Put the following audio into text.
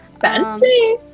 Fancy